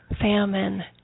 famine